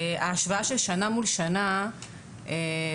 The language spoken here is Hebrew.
ההשוואה של שנה מול שנה תחשוף